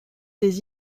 des